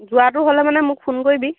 যোৱাটো হ'লে মানে মোক ফোন কৰিবি